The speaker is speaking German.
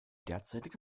derzeitige